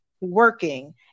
working